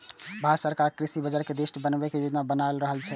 भांरत सरकार कृषि बाजार कें दृढ़ बनबै के योजना बना रहल छै